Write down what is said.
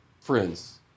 friends